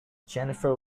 jennifer